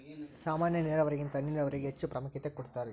ಸಾಮಾನ್ಯ ನೇರಾವರಿಗಿಂತ ಹನಿ ನೇರಾವರಿಗೆ ಹೆಚ್ಚ ಪ್ರಾಮುಖ್ಯತೆ ಕೊಡ್ತಾರಿ